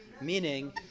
Meaning